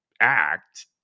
act